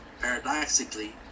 paradoxically